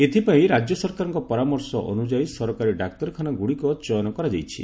ଏଥିପାଇଁ ରାଜ୍ୟ ସରକାରଙ୍କ ପରାମର୍ଶ ଅନୁଯାୟୀ ସରକାରୀ ଡାକ୍ତରୀଖାନା ଗୁଡ଼ିକ ଚୟନ କରାଯାଇଛି